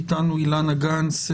נמצאות אתנו אילנה גנס,